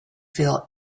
feel